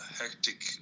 hectic